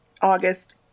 August